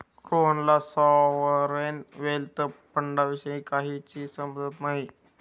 रोहनला sovereign wealth फंडाविषयी काहीच समजत नाही